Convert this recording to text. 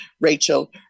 Rachel